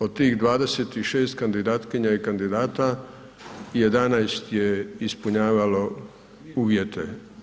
Od tih 26 kandidatkinja i kandidata 11 je ispunjavalo uvjete.